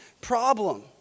problem